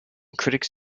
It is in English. critics